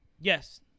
Yes